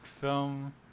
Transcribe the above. film